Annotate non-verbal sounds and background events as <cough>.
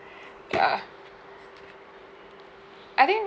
<breath> bah <breath> I think